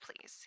please